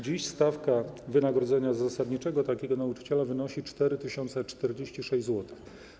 Dziś stawka wynagrodzenia zasadniczego takiego nauczyciela wynosi 4046 zł.